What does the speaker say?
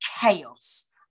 chaos